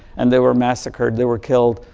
and they were massacred, they were killed,